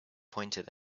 pointed